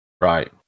Right